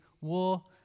war